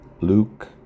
Luke